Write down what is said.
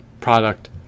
product